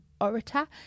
orator